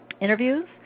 interviews